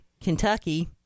Kentucky